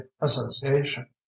association